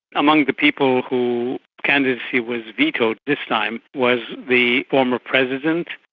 among the people who candidacy was vetoed this time was the former president,